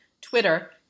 Twitter